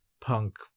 punk